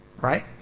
Right